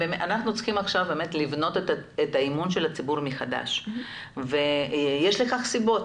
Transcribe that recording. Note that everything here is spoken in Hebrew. אנחנו צריכים עכשיו לבנות את האמון של הציבור מחדש ויש לכך סיבות.